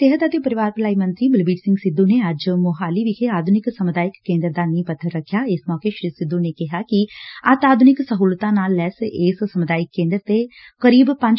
ਸਿਹਤ ਅਤੇ ਪਰਿਵਾਰ ਭਲਾਈ ਮੰਤਰੀ ਬਲਬੀਰ ਸਿੰਘ ਸਿੱਧੁ ਨੇ ਅੱਜ ਮੁਹਾਲੀ ਵਿਖੇ ਆਧੁਨਿਕ ਸਮੁਦਾਇਕ ਕੇਂਦਰ ਦਾ ਨੀਹ ਪੱਬਰ ਇਸ ਮੌਕੇ ਸ੍ਰੀ ਸਿੱਧੁ ਨੇ ਕਿਹਾ ਕਿ ਅਤਿ ਆਧੁਨਿਕ ਸਹੁਲਤਾਂ ਨਾਲ ਲੈਸ ਇਸ ਸਮੁਦਾਇਕ ਕੇ'ਦਰ ਤੇ ਲਗਭਗ ਪੰਜ ਰਖਿਆ